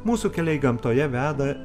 mūsų keliai gamtoje veda